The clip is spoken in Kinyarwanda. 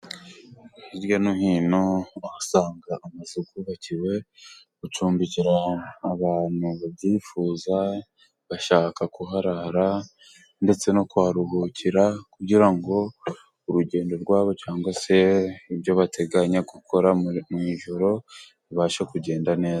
Hirya no hino uhasanga amazu yubakiwe gucumbikira abantu babyifuza, bashaka kuharara ndetse no kuharuhukira. Kugira ngo urugendo rwabo cyangwa se ibyo bateganya gukora mu ijoro bibashe kugenda neza.